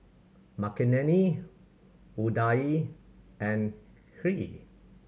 Makineni Udai and Hri